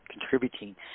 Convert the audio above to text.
contributing